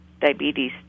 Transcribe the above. diabetes